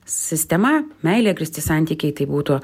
sistema meile grįsti santykiai tai būtų